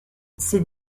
ces